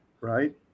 Right